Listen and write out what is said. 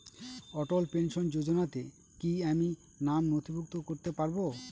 অটল pension যোজনাতে কি আমি নাম নথিভুক্ত করতে পারবো?